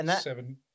seven